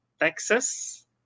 Texas